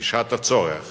בשעת הצורך